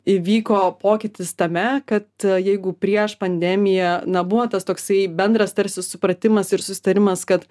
įvyko pokytis tame kad jeigu prieš pandemiją na buvo tas toksai bendras tarsi supratimas ir susitarimas kad